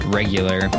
regular